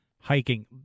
hiking